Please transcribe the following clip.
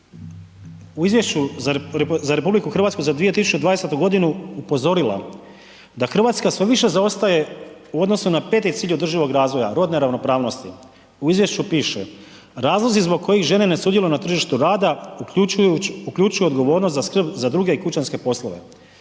u Izvješću za Republiku Hrvatsku za 2020.-tu godinu upozorila da Hrvatska sve više zaostaje u odnosu na .../Govornik se ne razumije./... cilj održivog razvoja, rodna ravnopravnosti, u Izvješću piše razlozi zbog kojih žene ne sudjeluju na tržištu rada uključujuć, uključuje odgovornost za skrb za druge kućanske poslove.